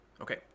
Okay